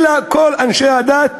אלא כל אנשי הדת,